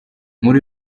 muri